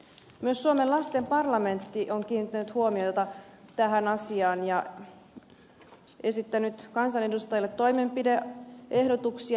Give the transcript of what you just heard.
myös suomen lasten parlamentti on kiinnittänyt huomiota tähän asiaan ja esittänyt kansanedustajille toimenpide ehdotuksia